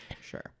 sure